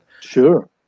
Sure